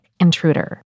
intruder